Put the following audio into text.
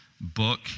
book